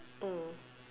mm